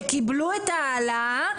שקיבלו את ההעלאה,